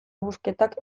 busquetak